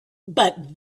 but